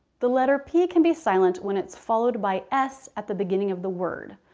the letter p can be silent when it's followed by s at the beginning of the word.